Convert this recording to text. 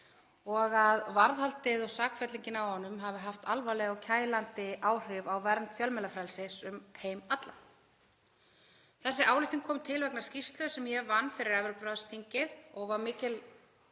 og að varðhaldið og sakfellingin á honum hafi haft alvarleg og kælandi áhrif á vernd fjölmiðlafrelsis um heim allan. Þessi ályktun kom til vegna skýrslu sem ég vann fyrir Evrópuráðsþingið og var mikill